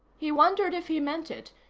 he wondered if he meant it,